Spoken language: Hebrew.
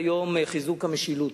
חיזוק המשילות,